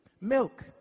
Milk